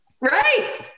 Right